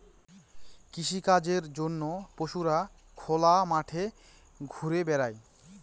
কৃষিকাজের জন্য পশুরা খোলা মাঠে ঘুরা বেড়ায়